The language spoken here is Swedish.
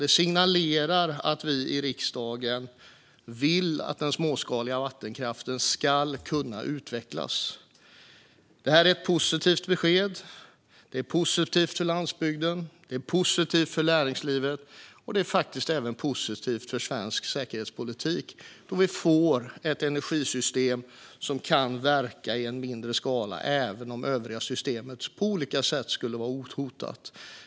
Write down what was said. Det signalerar att vi i riksdagen vill att den småskaliga vattenkraften ska kunna utvecklas. Det är ett positivt besked. Det är positivt för landsbygden, och det är positivt för näringslivet. Det är faktiskt positivt även för svensk säkerhetspolitik då vi får ett energisystem som kan verka i mindre skala även om det övriga systemet på olika sätt skulle vara hotat.